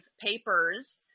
papers